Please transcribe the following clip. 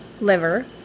liver